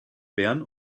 bern